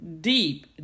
deep